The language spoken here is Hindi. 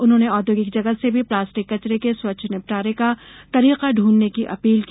उन्होंने औद्योगिक जगत से भी प्लास्टिक कचरे के स्वच्छ निपटारे का तरीका ढूंढ़ने की अपील की